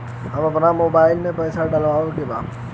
हम आपन मोबाइल में पैसा डलवावे के बा?